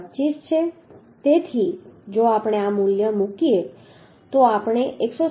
25 છે તેથી જો આપણે આ મૂલ્ય મૂકીએ તો આપણે 127